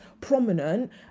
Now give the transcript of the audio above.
prominent